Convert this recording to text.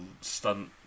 stunt